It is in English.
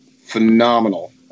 phenomenal